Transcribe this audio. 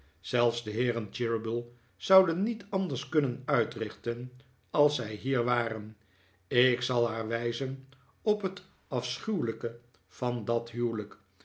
zelfs de heeren cheeryble zouden niet anders kunnen uitrichten als zij hier waren ik zal haar wijzen op het afschuwelijke van dat huwelijk